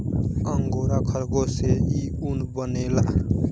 angora खरगोश से इ ऊन बनेला